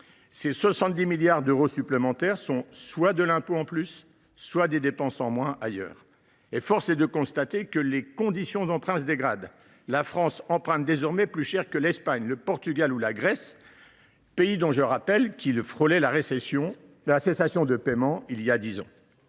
ces 70 milliards d’euros supplémentaires sont soit de l’impôt en plus, soit des dépenses en moins ailleurs. D’autre part, les conditions d’emprunt se dégradent : la France emprunte désormais plus cher que l’Espagne, le Portugal ou la Grèce, pays dont je rappelle qu’il frôlait la cessation de paiements il y a dix ans.